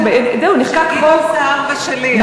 נחקק חוק של גדעון סער ושלי,